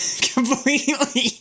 completely